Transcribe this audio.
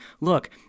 look